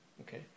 okay